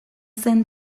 zen